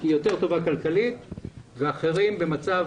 היא יותר טובה כלכלית ואחרים במצב